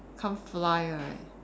can't fly right